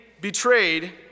betrayed